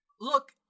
look